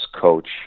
coach